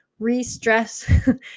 restress